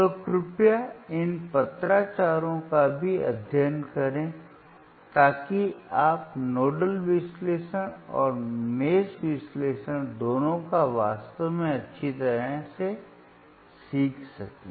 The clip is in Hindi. तो कृपया इन पत्राचारों का भी अध्ययन करें ताकि आप नोडल विश्लेषण और जाल विश्लेषण दोनों को वास्तव में अच्छी तरह से सीख सकें